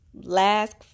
Last